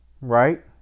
right